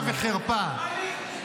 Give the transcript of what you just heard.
בושה וחרפה.